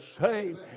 saved